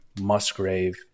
Musgrave